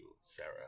Sarah